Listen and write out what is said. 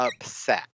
upset